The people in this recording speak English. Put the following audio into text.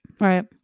Right